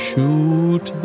Shoot